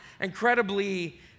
incredibly